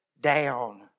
down